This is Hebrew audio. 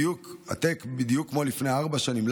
בדיוק כמו לפני ארבע שנים.